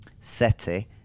SETI